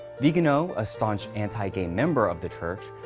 vigano, a staunch anti-gay member of the church,